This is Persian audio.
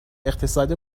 اقتصاد